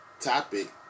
topic